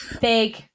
big